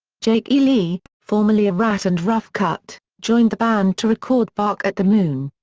jake e. lee, formerly of ratt and rough cutt, joined the band to record bark at the moon.